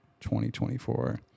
2024